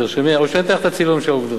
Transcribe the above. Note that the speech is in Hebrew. תרשמי או שאני אתן לך את הצילום של העובדות.